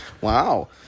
Wow